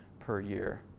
per year.